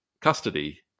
custody